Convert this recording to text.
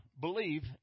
believe